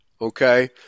okay